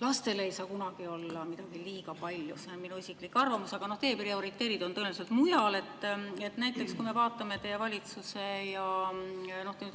lastele ei saa seda kunagi olla liiga palju. See on minu isiklik arvamus. Aga noh, teie prioriteedid on tõenäoliselt mujal. Näiteks kui me vaatame teie valitsuse